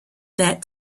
that